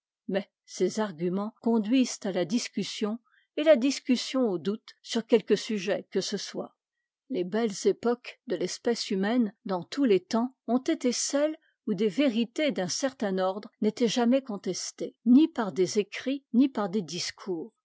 mais ces arguments conduisent à la discussion et la discussion au doute sur quelque sujet que ce soit les belles époques de l'espèce humaine dans tous les temps ont été celles où des vérités d'un certain ordre n'étaient jamais contestées ni par des écrits ni par des discours